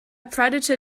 predator